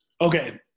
Okay